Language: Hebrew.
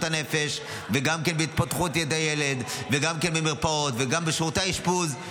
הנפש וגם על התפתחות הילד וגם על מרפאות ושירותי האשפוז.